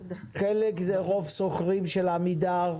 חלק זה רוב שוכרים של עמידר.